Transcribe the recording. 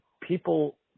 people